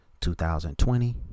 2020